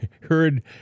heard